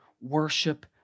worship